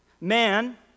Man